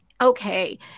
okay